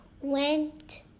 went